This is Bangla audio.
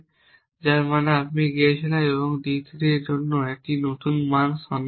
যার মানে আমি গিয়েছিলাম এবং এখানে d 3 এর জন্য একটি নতুন মান সন্ধান করছি